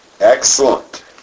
excellent